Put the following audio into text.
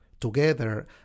together